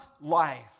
life